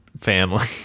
family